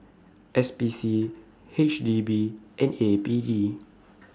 S P C H D B and A P D